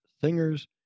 singers